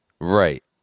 Right